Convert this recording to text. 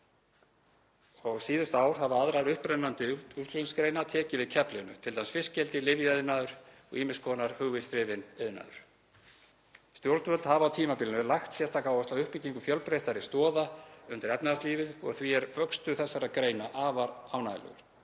Síðustu ár hafa aðrar upprennandi útflutningsgreinar tekið við keflinu, t.d. fiskeldi, lyfjaiðnaður og ýmiss konar hugvitsdrifinn iðnaður. Stjórnvöld hafa á tímabilinu lagt sérstaka áherslu á uppbyggingu fjölbreyttari stoða undir efnahagslífið og því er vöxtur þessara greina afar ánægjulegur.